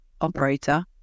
operator